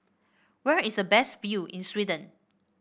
where is a best view in Sweden